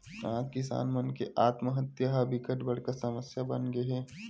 आज किसान मन के आत्महत्या ह बिकट बड़का समस्या बनगे हे